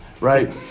right